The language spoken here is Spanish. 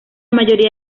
mayoría